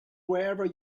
wherever